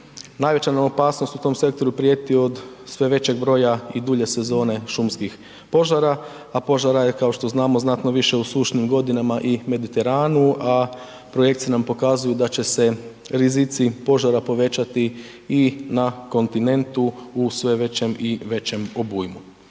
Najveća nam opasnost u tom sektoru prijeti od sve većeg broja i dulje sezone šumskih požara, a požara je kao što znamo znatno više u sušnim godinama i Mediteranu, a projekcije nam pokazuju da će se rizici požara povećati i na kontinentu u sve većem i većem obujmu.